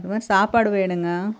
இந்த மாரி சாப்பாடு வேணும்ங்க